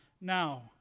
now